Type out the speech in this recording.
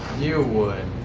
you would.